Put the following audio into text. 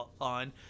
on